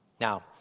Now